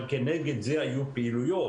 אבל כנגד זה היו פעילויות.